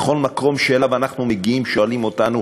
בכל מקום שאליו אנחנו מגיעים שואלים אותנו: